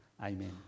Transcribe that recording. amen